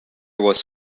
was